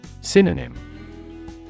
Synonym